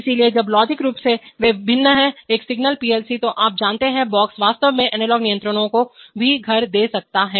इसलिए जब लॉजिकल रूप से वे भिन्न है एक सिंगल पीएलसी तो आप जानते हैं बॉक्स वास्तव में एनालॉग नियंत्रकों को भी घर दे सकता है